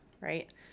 Right